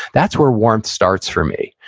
that's where warmth starts for me.